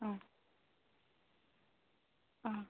ஆ ஆ